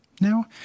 Now